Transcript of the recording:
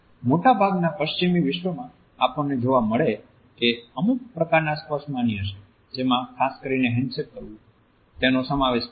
મોટાભાગના પશ્ચિમી વિશ્વમાં આપણને જોવા મળે છે કે અમુક પ્રકારના સ્પર્શ માન્ય છે જેમાં ખાસ કરીને હેન્ડશેક કરવું તેનો સમાવેશ થાય છે